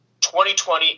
2020